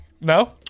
No